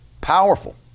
Powerful